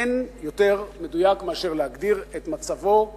אין יותר מדויק מאשר להגדיר את מצבו כפגר.